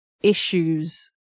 issues